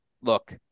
look